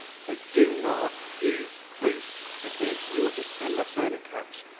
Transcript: so do not use boost. because you will just end up burning cash.